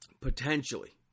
Potentially